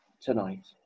tonight